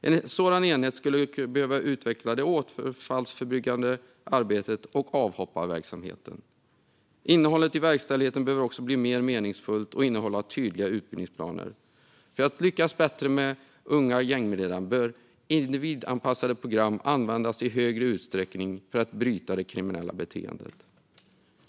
En sådan enhet skulle behöva utveckla det återfallsförebyggande arbetet och avhopparverksamheten. Innehållet i verkställigheten behöver också bli mer meningsfullt och innehålla tydliga utbildningsplaner. För att lyckas bättre med unga gängmedlemmar bör i större utsträckning individanpassade program användas för att bryta det kriminella beteendet.